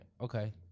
Okay